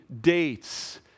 dates